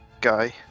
guy